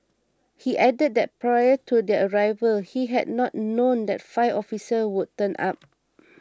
he added that prior to their arrival he had not known that five officers would turn up